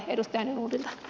arvoisa puhemies